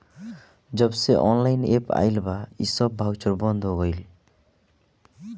जबसे online app आईल बा इ सब बाउचर बंद हो गईल